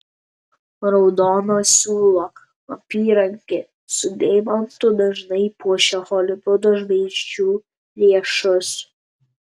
raudono siūlo apyrankė su deimantu dažnai puošia holivudo žvaigždžių riešus